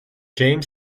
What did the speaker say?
james